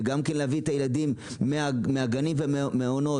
להביא את הילדים מהגנים ומהמעונות.